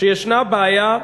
שיש בעיה,